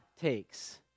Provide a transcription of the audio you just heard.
takes